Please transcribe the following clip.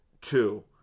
Two